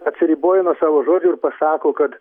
atsiriboja nuo savo žodžių ir pasako kad